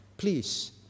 Please